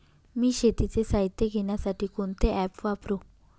मी शेतीचे साहित्य घेण्यासाठी कोणते ॲप वापरु?